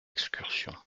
excursion